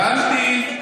הבנתי,